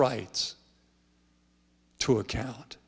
rights to account